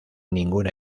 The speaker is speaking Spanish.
ninguna